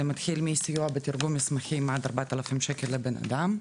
זה מתחיל מסיוע בתרגום מסמכים בסכום של עד 4,000 שקלים לבן אדם,